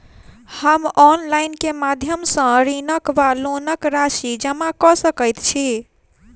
हम ऑनलाइन केँ माध्यम सँ ऋणक वा लोनक राशि जमा कऽ सकैत छी?